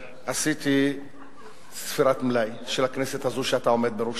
עשיתי ספירת מלאי של הכנסת הזאת שאתה עומד בראשה.